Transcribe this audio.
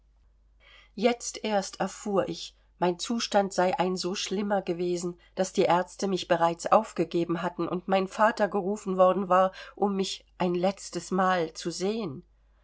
jetzt erst erfuhr ich mein zustand sei ein so schlimmer gewesen daß die ärzte mich bereits aufgegeben hatten und mein vater gerufen worden war um mich ein letztes mal zu sehen